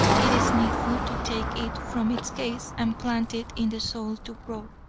it is needful to take it from its case and plant it in the soil to grow.